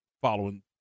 following